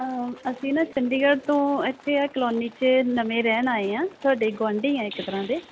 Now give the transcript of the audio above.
ਅਸੀਂ ਨਾ ਚੰਡੀਗੜ੍ਹ ਤੋਂ ਇੱਥੇ ਆ ਕਲੋਨੀ 'ਚ ਨਵੇਂ ਰਹਿਣ ਆਏ ਹਾਂ ਤੁਹਾਡੇ ਗੁਆਂਢੀ ਹਾਂ ਇੱਕ ਤਰ੍ਹਾਂ ਦੇ